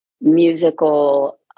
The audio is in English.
musical